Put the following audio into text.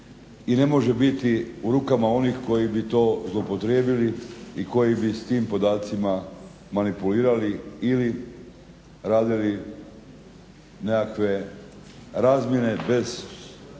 i ne može biti u rukama onih koji bi to zloupotrijebili i koji bi s tim podacima manipulirali ili radili nekakve razmjene bez